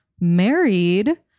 married